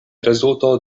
rezulto